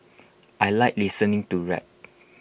I Like listening to rap